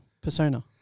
persona